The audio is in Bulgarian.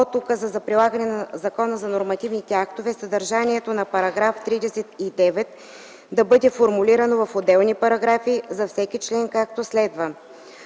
от Указа за прилагане на Закона за нормативните актове, съдържанието на § 39 да бъде формулирано в отделни параграфи за всеки член, както следва: